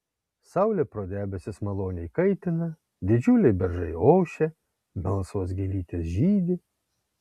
saulė pro debesis maloniai kaitina didžiuliai beržai ošia melsvos gėlytės žydi